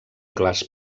clars